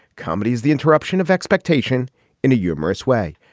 comedy is the interruption of expectation in a humorous way.